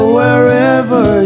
wherever